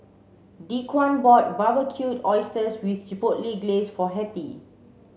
Dequan bought Barbecued Oysters with Chipotle Glaze for Hettie